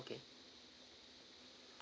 okay